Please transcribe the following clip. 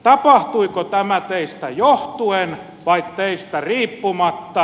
tapahtuiko tämä teistä johtuen vai teistä riippumatta